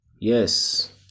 yes